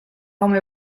home